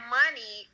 money